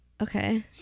okay